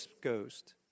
Ghost